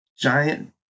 Giant